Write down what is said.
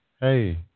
Hey